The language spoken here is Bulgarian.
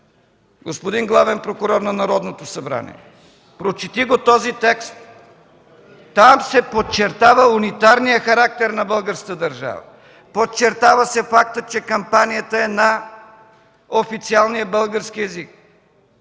господин главен прокурор на Народното събрание! Прочети го този текст – там се подчертава унитараният характер на българската държава. Подчертава се фактът, че кампанията е на официалния български език.